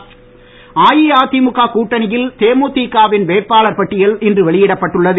தேமுதிக அஇஅதிமுக கூட்டணியில் தேமுதிக வின் வேட்பாளர் பட்டியல் இன்று வெளியிடப்பட்டுள்ளது